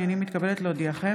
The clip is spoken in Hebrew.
הינני מתכבדת להודיעכם,